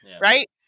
right